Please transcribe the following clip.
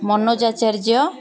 Manoj Acharya